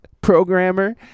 programmer